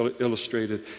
illustrated